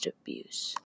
abuse